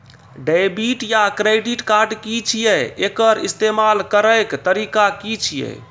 Debit या credit card की छियै? एकर इस्तेमाल करैक तरीका की छियै?